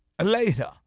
later